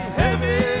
heavy